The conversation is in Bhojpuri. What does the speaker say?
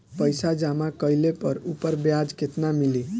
पइसा जमा कइले पर ऊपर ब्याज केतना मिली?